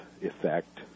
effect